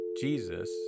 Jesus